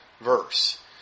verse